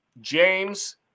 James